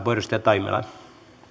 arvoisa herra